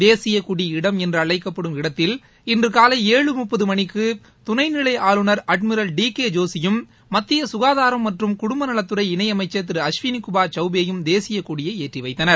தேசியக் கொடி இடம் என்படும் இடத்தில் இன்று காலை மணி ஏழு முப்பதுக்கு தேசியக் கொடியை துணைநிலை ஆளுநர் அட்மிரல் டி கே ஜோஷியும் மத்திய சுகாதாரம் மற்றம் குடும்பநலத்துறை இணையமைச்சர் திரு அஸ்வினி குமார் சவ்பேயும் தேசியக் கொடியை ஏற்றினார்கள்